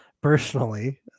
personally